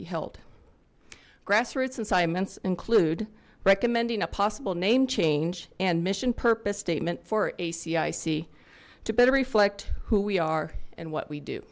be held grassroots incitements include recommending a possible name change and mission purpose statement for a cic to better reflect who we are and what we do